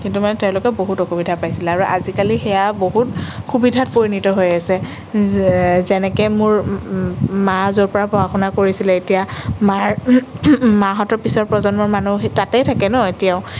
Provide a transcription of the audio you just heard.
কিন্তু মানে তেওঁলোকে বহুত অসুবিধা পাইছিলে আৰু আজিকালি সেয়া বহুত সুবিধাত পৰিণত হৈ আছে যে যেনেকে মোৰ মা য'ৰ পৰা পঢ়া শুনা কৰিছিলে এতিয়া মাৰ মাহঁতৰ পিছৰ প্ৰজন্মৰ মানুহ সেই তাতেই থাকে ন এতিয়াও